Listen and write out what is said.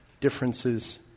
differences